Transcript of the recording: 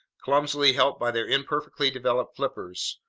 clumsily helped by their imperfectly developed flippers,